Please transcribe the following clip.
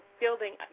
building